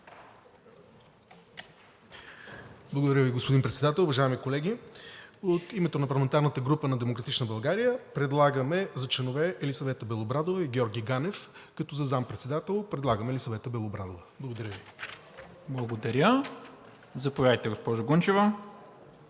Благодаря Ви, господин Председател. Уважаеми колеги! От името на парламентарната група на „Демократична България“ предлагаме за членове Елисавета Белобрадова и Георги Ганев, като за заместник-председател предлагаме Елисавета Белобрадова. Благодаря Ви. ПРЕДСЕДАТЕЛ НИКОЛА МИНЧЕВ: Благодаря. Заповядайте, госпожо Гунчева.